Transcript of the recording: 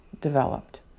developed